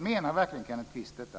Menar Kenneth Kvist verkligen detta?